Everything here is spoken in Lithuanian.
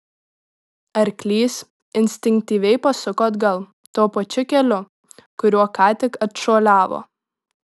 arklys instinktyviai pasuko atgal tuo pačiu keliu kuriuo ką tik atšuoliavo